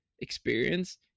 experience